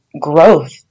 growth